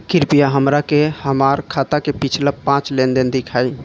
कृपया हमरा के हमार खाता के पिछला पांच लेनदेन देखाईं